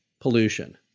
pollution